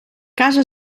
casa